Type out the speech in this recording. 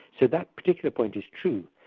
so that particular point is true.